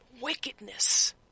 wickedness